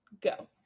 go